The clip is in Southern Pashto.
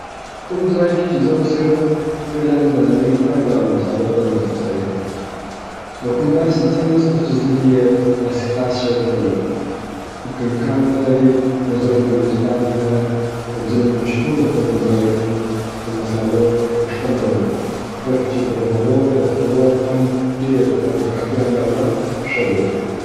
کوم ځای کې چې زه اوسېږم، فعلا د نړۍ هرډول مسالو ته لاس رسی لرم. نو کوم داسې څه نسته چې زه دې يې داسې خاص شوق ولرم. خو که امکان ولري، نو زه به د انګلستان هېواد د ځينو مشهورو خوړنځايونو د مسالو غوښتنه ولرم، ځکه چې د هغو د خوړو خوند ډېر او په کافي اندازه ښه دی.